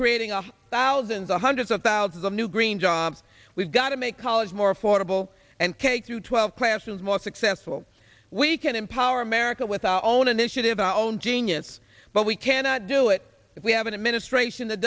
creating of thousands or hundreds of thousands of new green jobs we've got to make college more affordable and k through twelve classrooms more successful we can empower america with our own initiative our own genius but we cannot do it if we have an administration that